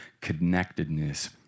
connectedness